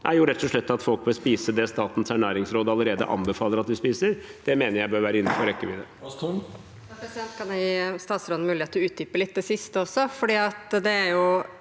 mat, er rett og slett at folk bør spise det Statens ernæringsråd allerede anbefaler at vi skal spise. Det mener jeg bør være innenfor rekkevidde.